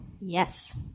Yes